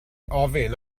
ofyn